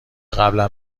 قبلا